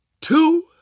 two